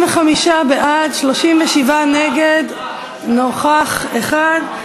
25 בעד, 37 נגד, נוכח אחד.